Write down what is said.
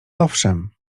owszem